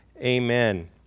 Amen